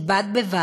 כי בד בבד,